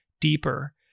deeper